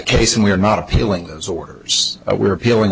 case and we're not appealing those orders we're appealing